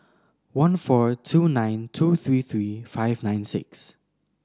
one four two nine two three three five nine six